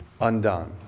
undone